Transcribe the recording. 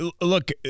Look